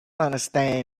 understand